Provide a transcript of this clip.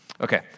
Okay